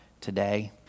today